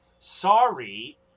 sorry